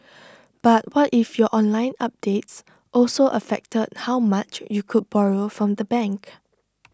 but what if your online updates also affected how much you could borrow from the bank